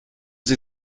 sie